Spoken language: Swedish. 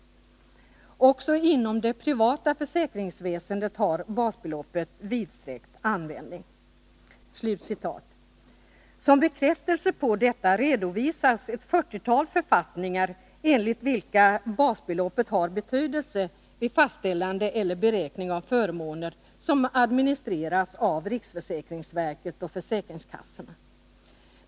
Också inom det privata försäkringsväsendet har basbeloppet vidsträckt användning.” Som bekräftelse på detta redovisas ett fyrtiotal författningar, enligt vilka basbeloppet har betydelse vid fastställande eller beräkning av förmåner som administreras av riksförsäkringsverket och försäkringskassorna.